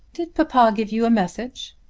did papa give you a message?